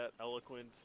eloquent